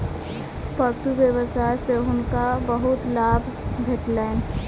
पशु व्यवसाय सॅ हुनका बहुत लाभ भेटलैन